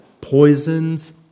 poisons